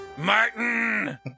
martin